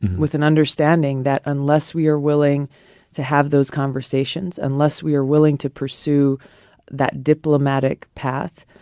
with an understanding that unless we are willing to have those conversations, unless we are willing to pursue that diplomatic path,